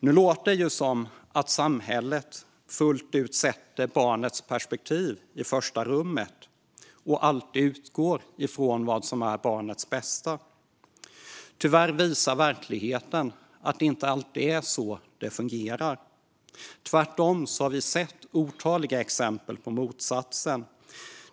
Nu låter det som att samhället fullt ut sätter barnets perspektiv i första rummet och alltid utgår från vad som är barnets bästa. Tyvärr visar verkligheten att det inte alltid är så det fungerar. Tvärtom har vi sett otaliga exempel på motsatsen.